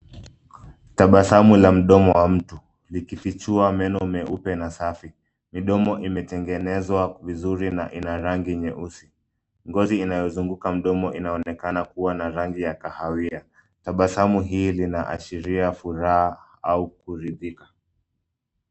Tabasamu la mdomo wa mtu, likifichua meno meupe na safi. Midomo imetengenezwa vizuri na ina rangi nyeusi. Ngozi inayozunguka mdomo inaonekana kuwa na rangi ya kahawia. Tabasamu hii linaashiria furaha au kuridhika.